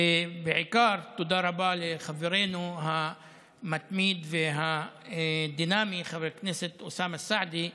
ובעיקר תודה רבה לחברנו המתמיד והדינמי חבר הכנסת אוסאמה סעדי,